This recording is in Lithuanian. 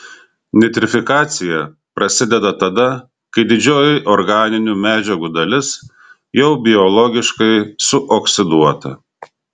nitrifikacija prasideda tada kai didžioji organinių medžiagų dalis jau biologiškai suoksiduota